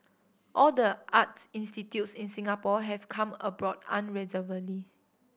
all the arts institutes in Singapore have come aboard unreservedly